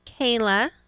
Kayla